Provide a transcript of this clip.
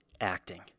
acting